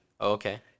Okay